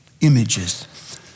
images